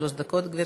שלוש דקות, גברתי.